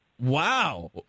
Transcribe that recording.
Wow